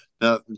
Now